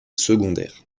secondaires